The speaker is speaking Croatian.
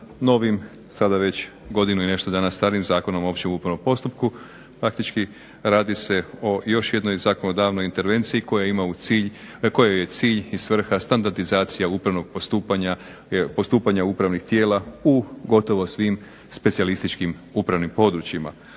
novim, sada već godinu i nešto dana starim Zakonom o općem upravnom postupku. Faktički radi se o još jednoj zakonodavnoj intervenciji kojoj je cilj i svrha standardizacija upravnog postupanja, postupanja upravnih tijela u gotovo svim specijalističkim upravnim područjima,